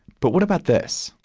but what about this?